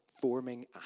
forming